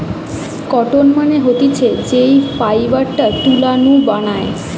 cotton মানে হতিছে যেই ফাইবারটা তুলা নু বানায়